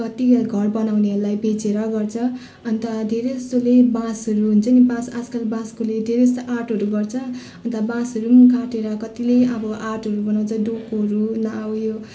कति घर बनाउनेहरूलाई बेचेर गर्छ अन्त धेरै जस्तोले बाँसहरू हुन्छ नि बाँस आजकल बाँसकोले धेरै जस्तो आर्टहरू गर्छ अन्त बाँसहरू पनि काटेर कतिले अब आर्टहरू बनाउँछ डोकोहरू ना उयो